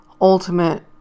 ultimate